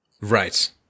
Right